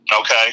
Okay